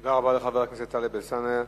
תודה רבה לחבר הכנסת טלב אלסאנע.